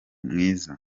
mwiza